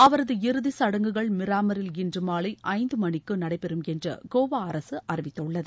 அவரது இறதிச் சடங்குகள் மிராமரில் இன்று மாலை ஐந்து மணிக்கு நடைபெறம் என்று கோவா அரசு அறிவித்துள்ளது